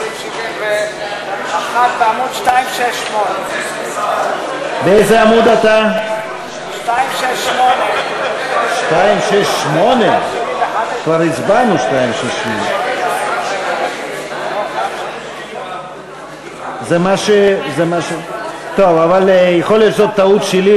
בעמוד 268. כבר הצבענו 268. יכול להיות שזאת טעות שלי.